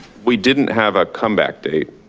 we didn't have come back date,